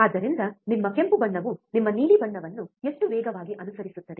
ಆದ್ದರಿಂದ ನಿಮ್ಮ ಕೆಂಪು ಬಣ್ಣವು ನಿಮ್ಮ ನೀಲಿ ಬಣ್ಣವನ್ನು ಎಷ್ಟು ವೇಗವಾಗಿ ಅನುಸರಿಸುತ್ತದೆ